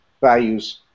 values